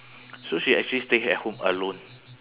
so she actually stay at home alone